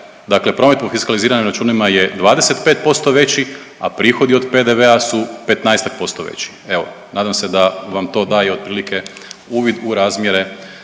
Dakle, promet po fiskaliziranim računima je 25% veći, a prihodi od PDV-a su petnaestak posto veći. Evo nadam se da vam to daje i otprilike uvid u razmjere